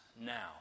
now